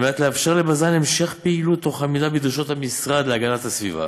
על מנת לאפשר לבז"ן המשך פעילות תוך עמידה בדרישות המשרד להגנת הסביבה,